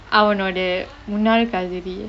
அவனுடைய முன்னாள் காதலி:avanudaiya munnaal kaathali